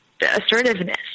assertiveness